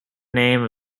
name